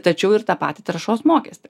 tačiau ir tą patį taršos mokestį